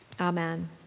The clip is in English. Amen